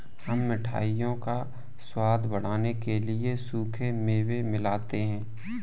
हम मिठाइयों का स्वाद बढ़ाने के लिए सूखे मेवे मिलाते हैं